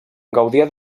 gaudia